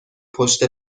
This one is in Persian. پشت